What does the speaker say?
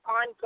on